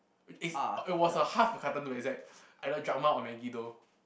it's it was a half a carton to be exact either Dragma or Maggie though